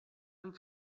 amb